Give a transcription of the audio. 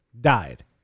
died